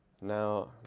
Now